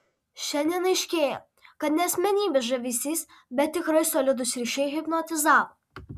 šiandien aiškėja kad ne asmenybės žavesys bet tikrai solidūs ryšiai hipnotizavo